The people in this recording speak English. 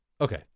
Okay